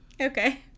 Okay